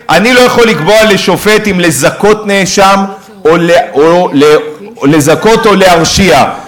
אני לא יכול לקבוע לשופט אם לזכות או להרשיע נאשם.